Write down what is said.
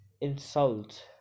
insult